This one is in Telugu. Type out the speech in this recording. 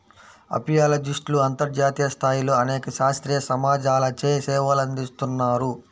అపియాలజిస్ట్లు అంతర్జాతీయ స్థాయిలో అనేక శాస్త్రీయ సమాజాలచే సేవలందిస్తున్నారు